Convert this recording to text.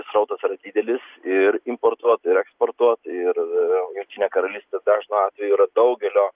srautas yra didelis ir importuoti ir eksportuoti ir jungtinė karalystė dažnu atveju yra daugelio